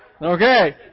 Okay